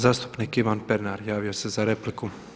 Zastupnik Ivan Pernar javio se za repliku.